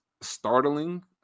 startling